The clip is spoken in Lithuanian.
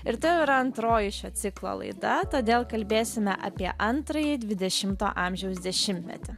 ir tai jau yra antroji šio ciklo laida todėl kalbėsime apie antrąjį dvidešimto amžiaus dešimtmetį